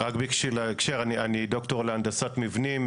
רק בשביל ההקשר, אני דוקטור להנדסת מבנים.